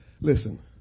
Listen